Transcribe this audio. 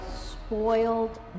spoiled